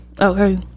Okay